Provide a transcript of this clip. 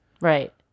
Right